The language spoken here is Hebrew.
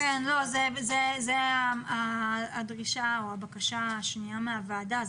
זו הדרישה או הבקשה השנייה של הוועדה.